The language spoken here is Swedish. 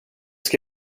ska